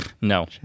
No